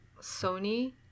sony